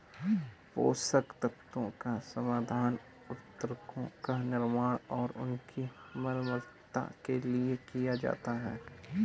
पोषक तत्वों का समाधान उत्तकों का निर्माण और उनकी मरम्मत के लिए किया जाता है